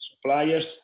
suppliers